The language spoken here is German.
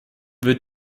wird